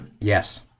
yes